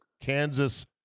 Kansas